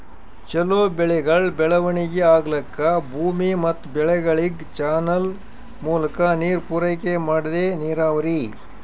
ಛಲೋ ಬೆಳೆಗಳ್ ಬೆಳವಣಿಗಿ ಆಗ್ಲಕ್ಕ ಭೂಮಿ ಮತ್ ಬೆಳೆಗಳಿಗ್ ಚಾನಲ್ ಮೂಲಕಾ ನೀರ್ ಪೂರೈಕೆ ಮಾಡದೇ ನೀರಾವರಿ